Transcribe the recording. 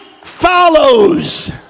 follows